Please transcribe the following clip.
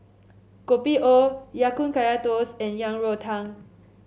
Kopi O Ya Kun Kaya Toast and Yang Rou Tang